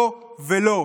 לא ולא.